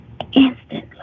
Instantly